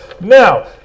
now